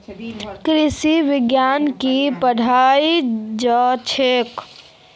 कृषि विज्ञानत की पढ़ाल जाछेक